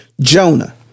Jonah